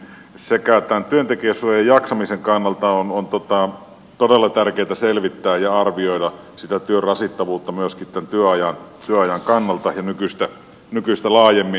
sekä tämän työntekijän suojan että jaksamisen kannalta on todella tärkeätä selvittää ja arvioida sitä työn rasittavuutta myöskin tämän työajan kannalta ja nykyistä laajemmin